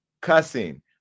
cussing